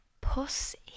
Pussy